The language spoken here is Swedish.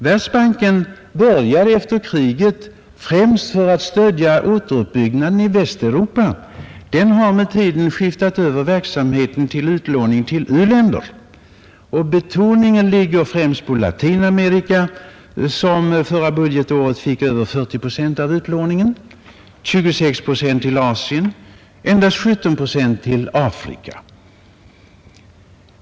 Världsbanken började sin verksamhet efter kriget, främst för att stödja återuppbyggnaden av Västeuropa. Den har med tiden skiftat över verksamheten till utlåning "till u-länder. Betoningen ligger främst på Latinamerika, som förra budgetåret fick över 40 procent av utlåningen, medan 26 procent gick till Asien och endast 17 procent till Afrika.